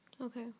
Okay